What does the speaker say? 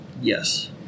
Yes